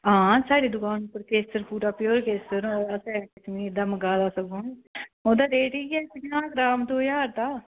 आं साढ़ी दुकान उप्प केसर पूरा प्योर केसर असें कश्मीर दा मंगवाया सगुआं ते रेट इयै पंज सौ ज्हार दा